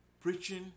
preaching